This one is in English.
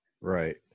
Right